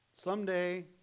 Someday